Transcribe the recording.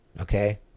Okay